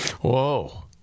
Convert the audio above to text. Whoa